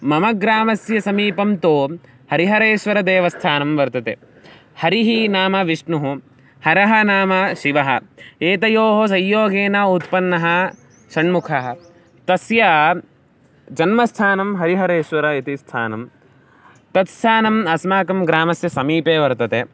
मम ग्रामस्य समीपं तु हरिहरेश्वरदेवस्थानं वर्तते हरिः नाम विष्णुः हरः नाम शिवः एतयोः संयोगेन उत्पन्नः षण्मुखः तस्य जन्मस्थानं हरिहरेश्वर इति स्थानं तत् स्थानम् अस्माकं ग्रामस्य समीपे वर्तते